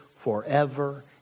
forever